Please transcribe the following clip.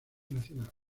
nacional